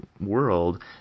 world